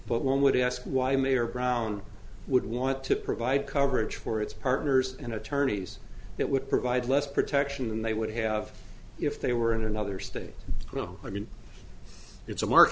but one would ask why mayor brown would want to provide coverage for its partners and attorneys that would provide less protection than they would have if they were in another state you know i mean it's a mark